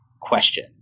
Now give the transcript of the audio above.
question